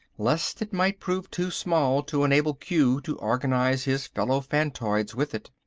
lest it might prove too small to enable q to organise his fellow phantoids with it.